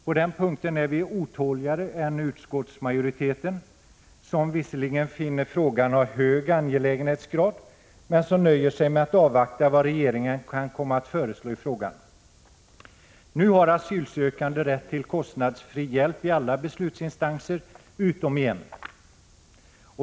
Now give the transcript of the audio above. På den punkten är vi otåligare än utskottsmajoriteten, som visserligen finner frågan ha ”hög angelägenhetsgrad” men som nöjer sig med att avvakta vad regeringen kan komma att föreslå i frågan. Nu har asylsökande rätt till kostnadsfri hjälp i alla beslutsinstanser utom i en.